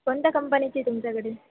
कोणत्या कंपनीची तुमच्याकडे